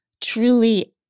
truly